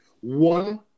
one